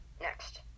Next